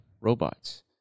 robots